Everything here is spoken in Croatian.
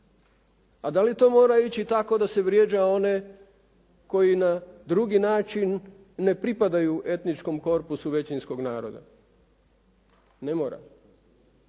A da li to mora ići tako da se vrijeđa one koji na drugi način ne pripadaju etničkom korpusu većinskog naroda? Ne mora.